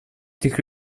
этих